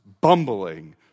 bumbling